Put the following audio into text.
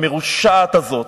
המרושעת הזאת,